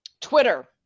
Twitter